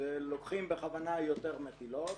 שלוקחים בכוונה יותר מטילות,